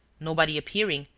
nobody appearing,